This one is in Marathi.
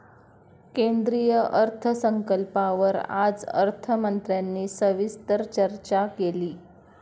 केंद्रीय अर्थसंकल्पावर आज अर्थमंत्र्यांनी सविस्तर चर्चा केली